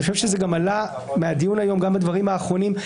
אני חושב שזה עם עלה מהדיון היום גם בדברים האחרונים.